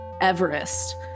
Everest